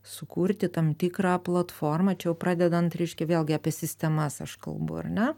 sukurti tam tikrą platformą čia jau pradedant reiškia vėlgi apie sistemas aš kalbu ar ne